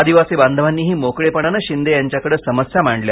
आदिवासी बांधवांनीही मोकळेपणानं शिंदे यांच्याकडे समस्या मांडल्या